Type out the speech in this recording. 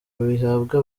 bihabwa